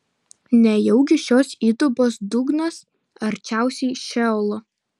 nejaugi šios įdubos dugnas arčiausiai šeolo